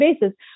basis